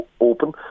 open